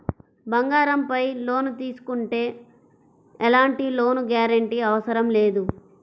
బంగారంపై లోను తీసుకుంటే ఎలాంటి లోను గ్యారంటీ అవసరం లేదు